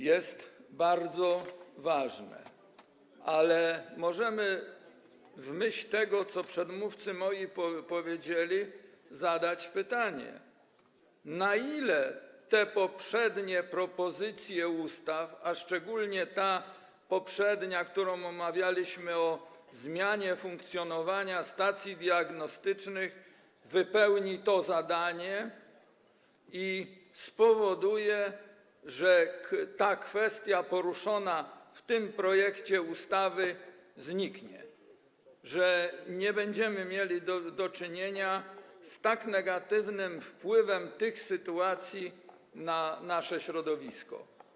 Jest to bardzo ważne, ale możemy w myśl tego, co moi przedmówcy powiedzieli, zadać pytanie: Na ile te poprzednie propozycje ustaw, a szczególnie ta poprzednia, którą omawialiśmy, o zmianie funkcjonowania stacji diagnostycznych, wypełnią to zadanie i spowodują, że kwestia poruszona w tym projekcie ustawy zniknie, że nie będziemy mieli do czynienia z tak negatywnym wpływem tych sytuacji na nasze środowisko?